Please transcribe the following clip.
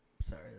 Sorry